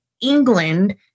England